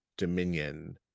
dominion